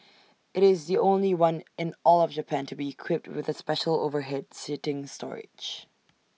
IT is the only one in all of Japan to be equipped with the special overhead seating storage